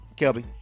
Kelby